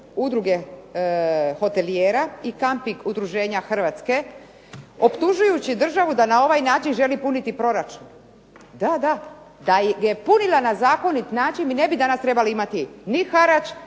udruge hotelijera i kamping udruženja Hrvatske optužujući državu da na ovaj način želi puniti proračun. Da, da! Da ih je punila na zakonit način mi ne bi danas trebali imati ni harač